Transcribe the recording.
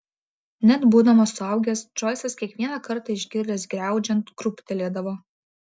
net būdamas suaugęs džoisas kiekvieną kartą išgirdęs griaudžiant krūptelėdavo